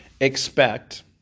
expect